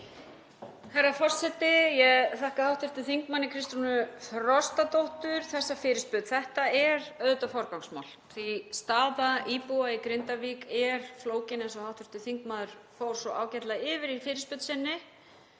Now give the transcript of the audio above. Herra forseti. Ég þakka hv. þm. Kristrúnu Frostadóttur þessa fyrirspurn. Þetta er auðvitað forgangsmál því að staða íbúa í Grindavík er flókin, eins og hv. þingmaður fór svo ágætlega yfir í fyrirspurn sinni.